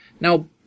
Now